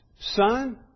Son